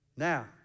Now